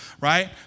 right